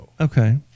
Okay